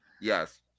Yes